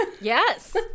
Yes